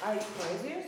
ai poezijos